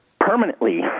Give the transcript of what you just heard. permanently